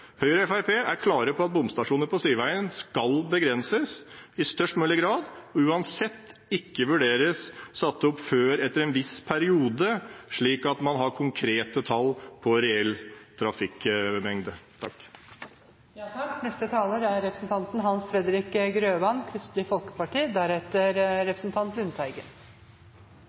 Høyre og Fremskrittspartiet er klare på at bomstasjoner på sideveiene skal begrenses i størst mulig grad og uansett ikke vurderes satt opp før etter en viss periode, slik at man har konkrete tall på reell trafikkmengde. Utbyggingen av strekningen mellom Dagslett og Linnes på rv. 23 er